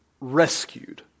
rescued